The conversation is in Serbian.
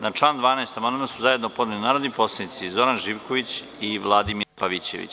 Na član 12. amandman su zajedno podneli narodni poslanici Zoran Živković i Vladimir Pavićević.